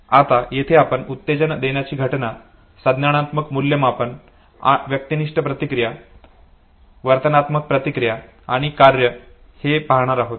आता येथे आपण उत्तेजन देणारी घटना संज्ञानात्मक मूल्यांकन व्यक्तिनिष्ठ प्रतिक्रिया वर्तनात्मक प्रतिक्रिया आणि कार्य हे पाहणार आहोत